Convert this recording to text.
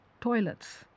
toilets